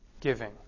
giving